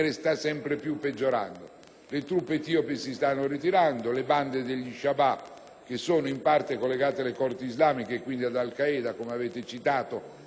Le truppe etiopi si stanno ritirando e le bande degli Shabab, che sono in parte collegate alle Corti islamiche e quindi ad Al Qaeda (come è stato citato) rappresentano